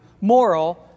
moral